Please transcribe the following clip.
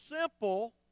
simple